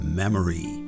memory